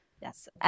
Yes